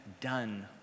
done